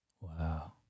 Wow